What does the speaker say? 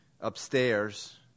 upstairs